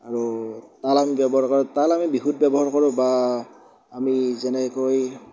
আৰু তাল আমি ব্যৱহাৰ কৰা তাল আমি বিহুত ব্যৱহাৰ কৰোঁ বা আমি যেনেকৈ